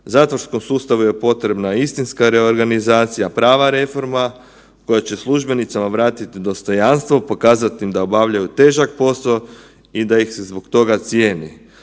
Zatvorskom sustavu je potrebna istinska reorganizacija, prava reforma koja će službenicama vratiti dostojanstvo, pokazati im da obavljaju težak posao i da ih se zbog toga cijeni.